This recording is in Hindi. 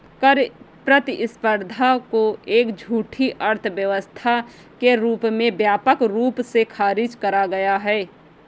कर प्रतिस्पर्धा को एक झूठी अर्थव्यवस्था के रूप में व्यापक रूप से खारिज करा गया है